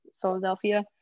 Philadelphia